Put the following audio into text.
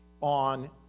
on